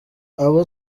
abo